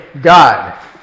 God